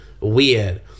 weird